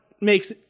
makes